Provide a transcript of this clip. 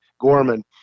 Gorman